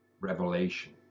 revelation